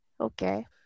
okay